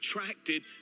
attracted